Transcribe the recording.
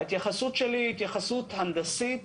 ההתייחסות שלי היא התייחסות הנדסית